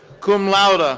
cum laude. ah